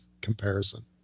comparison